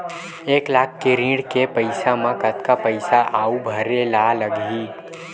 एक लाख के ऋण के पईसा म कतका पईसा आऊ भरे ला लगही?